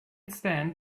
stand